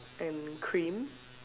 and cream